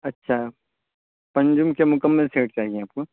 اچھا پنجم کے مکمل سیٹ چاہیے آپ کو